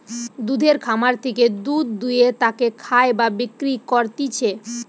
দুধের খামার থেকে দুধ দুয়ে তাকে খায় বা বিক্রি করতিছে